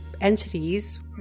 entities